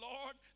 Lord